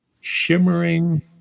shimmering